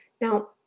Now